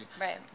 Right